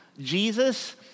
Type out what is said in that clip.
Jesus